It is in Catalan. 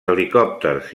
helicòpters